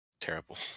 Terrible